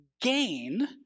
gain